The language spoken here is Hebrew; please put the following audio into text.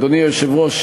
אדוני היושב-ראש,